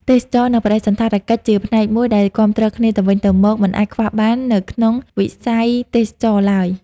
ទេសចរណ៍និងបដិសណ្ឋារកិច្ចជាផ្នែកមួយដែលគាំទ្រគ្នាទៅវិញទៅមកមិនអាចខ្វះបាននៅក្នុងវិស័យទេសចរណ៍ទ្បើយ។